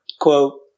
quote